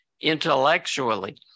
intellectually